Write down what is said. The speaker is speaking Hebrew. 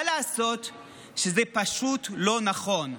מה לעשות שזה פשוט לא נכון.